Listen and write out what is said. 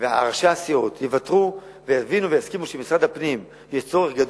וראשי הסיעות יוותרו ויבינו ויסכימו שבמשרד הפנים יש צורך,